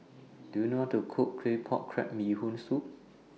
Do YOU know How to Cook Claypot Crab Bee Hoon Soup